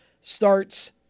starts